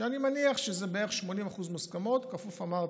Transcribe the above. שאני מניח שבערך 80% מוסכמות, כפוף, אמרתי,